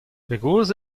pegoulz